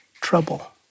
trouble